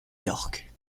york